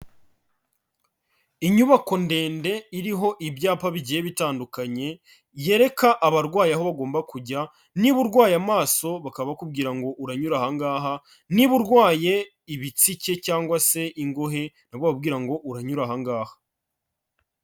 Inyubako ndende iriho ibyapa bigiye bitandukanye, yereka abarwayi aho ba ugomba kujya niba urwaye amaso bakaba bakubwira ngo uranyura aha ngaha, niba urwaye ibitsike cyangwa se ingohe nabwo bakubwira ngo uranyura aha ngaha.